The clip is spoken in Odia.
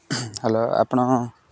ହ୍ୟାଲୋ ଆପଣ